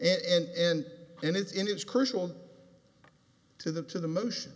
wasn't an end and it's in it's crucial to the to the motion